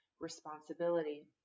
responsibility